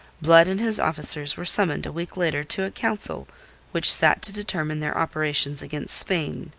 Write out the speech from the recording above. blood and his officers were summoned a week later to a council which sat to determine their operations against spain.